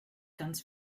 ganz